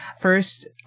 first